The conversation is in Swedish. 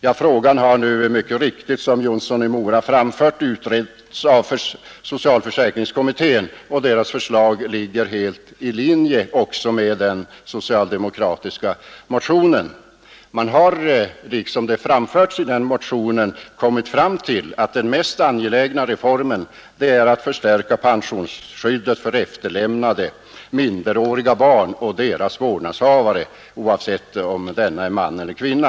Som herr Jonsson i Mora framhöll har denna fråga nu utretts av socialförsäkringskommittén, och kommitténs förslag ligger helt i linje med den socialdemokratiska motionen. Man har kommit fram till att den mest angelägna reformen är att förstärka pensionsskyddet för efterlämnade minderåriga barn och deras vårdnadshavare, oavsett om dessa är män eller kvinnor.